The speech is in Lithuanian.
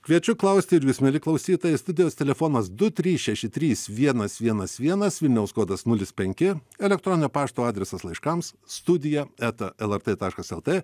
kviečiu klausti ir jus mieli klausytojai studijos telefonas du trys šeši trys vienas vienas vienas vilniaus kodas nulis penki elektroninio pašto adresas laiškams studija eta lrt taškas lt